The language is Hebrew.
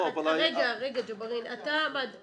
תגיד לי